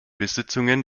besitzungen